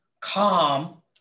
Calm